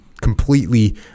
completely